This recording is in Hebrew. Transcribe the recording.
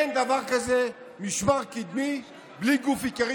אין דבר כזה משמר קדמי בלי גוף עיקרי,